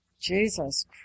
Jesus